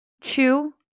Chew